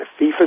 FIFA